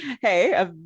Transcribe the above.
Hey